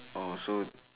orh so